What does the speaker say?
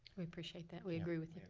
we appreciate that. we agree with you.